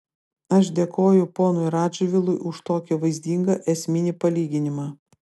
aš dėkoju ponui radžvilui už tokį vaizdingą esminį palyginimą